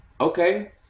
okay